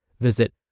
Visit